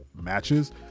matches